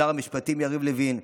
לשר המשפטים יריב לוין,